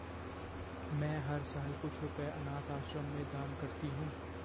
मैं हर साल कुछ रुपए अनाथ आश्रम में दान करती हूँ